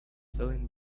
selling